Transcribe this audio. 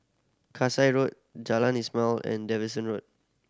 Kasai Road Jalan Ismail and Davidson Road